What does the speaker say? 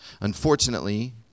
unfortunately